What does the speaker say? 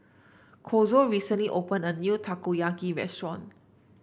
Kazuo recently opened a new Takoyaki restaurant